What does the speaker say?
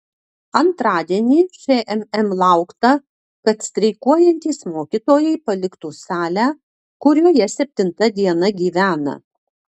antradienį šmm laukta kad streikuojantys mokytojai paliktų salę kurioje septinta diena gyvena